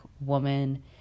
woman